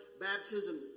baptism